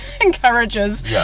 encourages